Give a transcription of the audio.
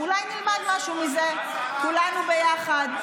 אולי נלמד משהו מזה, כולנו ביחד.